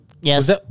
Yes